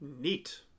Neat